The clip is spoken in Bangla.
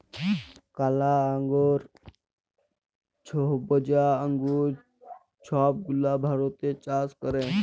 কালা আঙ্গুর, ছইবজা আঙ্গুর ছব গুলা ভারতে চাষ ক্যরে